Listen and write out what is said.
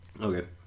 Okay